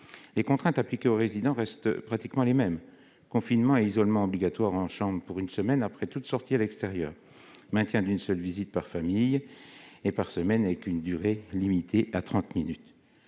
Les contraintes appliquées aux résidents restent pratiquement les mêmes : confinement et isolement obligatoire en chambre pour une semaine après toute sortie à l'extérieur, maintien d'une seule visite par famille et par semaine, avec une durée limitée à trente minutes.